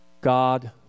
God